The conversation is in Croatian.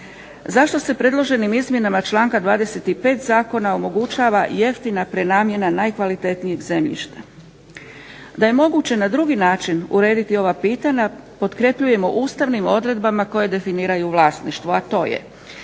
Zašto se predloženim izmjenama članka 25. Zakona omogućava jeftina prenamjena najkvalitetnijeg zemljišta. Da je moguće na drugi način urediti ova pitanja potkrepljujemo ustavnim odredbama koje definiraju vlasništvo, a to je